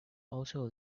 also